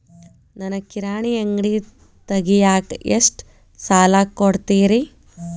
ನನಗ ಕಿರಾಣಿ ಅಂಗಡಿ ತಗಿಯಾಕ್ ಎಷ್ಟ ಸಾಲ ಕೊಡ್ತೇರಿ?